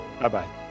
Bye-bye